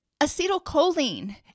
Acetylcholine